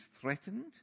threatened